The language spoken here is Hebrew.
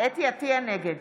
אריאל קלנר, נגד